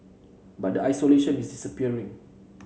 but the isolation is disappearing